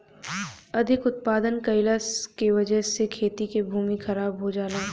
अधिक उत्पादन कइला के वजह से खेती के भूमि खराब हो जाला